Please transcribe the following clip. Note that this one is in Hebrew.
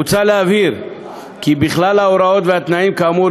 מוצע להבהיר כי בכלל ההוראות והתנאים כאמור